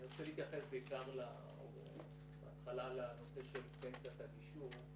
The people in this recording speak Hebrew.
אני רוצה להתייחס בהתחלה לנושא של פנסיית הגישור,